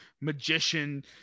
magician